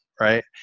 right